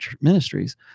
ministries